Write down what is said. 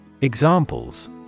Examples